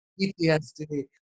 PTSD